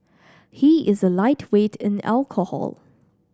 he is a lightweight in alcohol